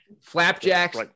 flapjacks